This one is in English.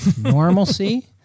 Normalcy